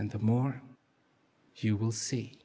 and the more you will see